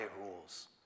rules